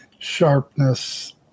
sharpness